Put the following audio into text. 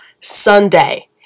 Sunday